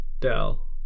Dell